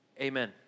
Amen